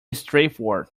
straightforward